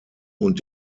und